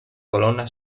colonna